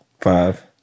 Five